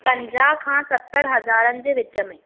पंजाह खां सतरि हज़ारनि जे विच में